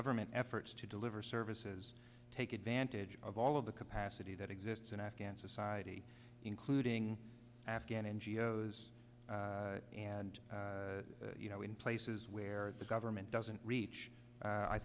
government efforts to deliver services take advantage of all of the capacity that exists in afghan society including afghan n g o s and you know in places where the government doesn't reach